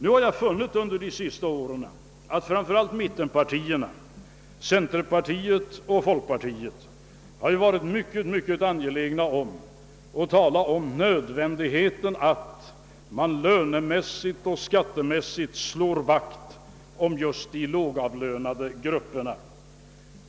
Under de senaste åren har jag funnit att framför allt centerpartiet och folkpartiet — alltså mittenpartierna — varit mycket angelägna att tala om nödvändigheten av att lönemässigt och skattemässigt slå vakt om just de lågavlönade grupperna.